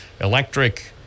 electric